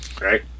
Right